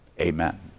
Amen